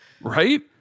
Right